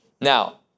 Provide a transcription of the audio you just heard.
Now